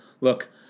Look